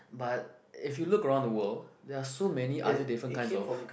but if you look around the world there are so many other different kinds of